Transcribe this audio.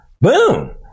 Boom